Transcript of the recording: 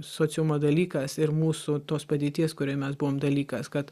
sociumo dalykas ir mūsų tos padėties kurioj mes buvom dalykas kad